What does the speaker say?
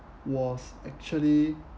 was actually